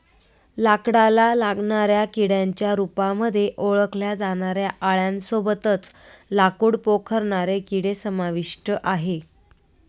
लाकडाला लागणाऱ्या किड्यांच्या रूपामध्ये ओळखल्या जाणाऱ्या आळ्यां सोबतच लाकूड पोखरणारे किडे समाविष्ट आहे